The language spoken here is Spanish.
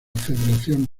federación